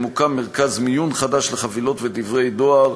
מוקם מרכז מיון חדש לחבילות ודברי דואר.